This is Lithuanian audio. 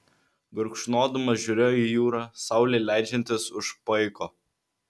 gurkšnodamas žiūrėjo į jūrą saulei leidžiantis už paiko